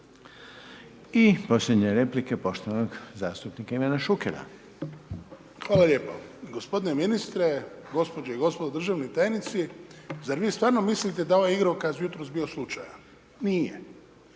I posljednja replika je poštovanog zastupnika Ivana Šukera. **Šuker, Ivan (HDZ)** Hvala lijepa. Gospodine ministre, gospođe i gospodo državni tajnici, zar vi stvarno mislite da je ovaj igrokaz jutros bio slučajan? Nije.